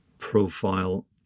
profile